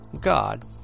God